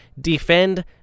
Defend